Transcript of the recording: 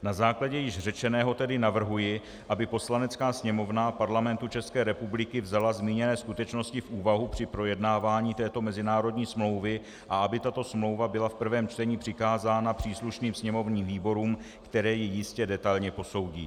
Na základě již řečeného tedy navrhuji, aby Poslanecká sněmovna Parlamentu České republiky vzala zmíněné skutečnosti v úvahu při projednávání této mezinárodní smlouvy a aby tato smlouva byla v prvém čtení přikázána příslušným sněmovním výborům, které ji jistě detailně posoudí.